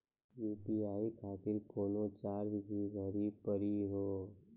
UPI खातिर कोनो charge भी भरी पड़ी हो?